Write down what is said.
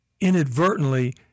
inadvertently